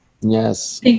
Yes